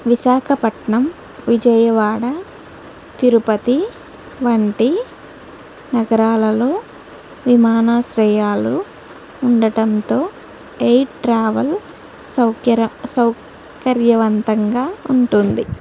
విశాఖపట్నం విజయవాడ తిరుపతి వంటి నగరాలలో విమానాశ్రయాలు ఉండడంతో ఎయిర్ ట్రావెల్ సౌక సౌకర్యవంతంగా ఉంటుంది